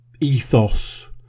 ethos